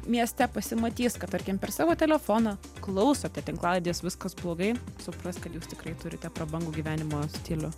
mieste pasimatys kad tarkim per savo telefoną klausote tinklalaidės viskas blogai supras kad jūs tikrai turite prabangų gyvenimo stilių